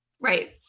Right